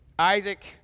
Isaac